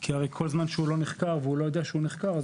כי הרי כל זמן שהוא לא נחקר והוא לא ידוע שהוא נחקר אז